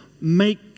make